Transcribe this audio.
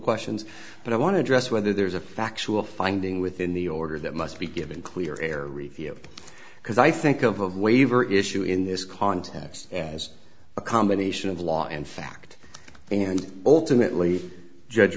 questions but i want to address whether there's a factual finding within the order that must be given clear air review because i think of a waiver issue in this context as a combination of law and fact and ultimately judge